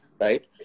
right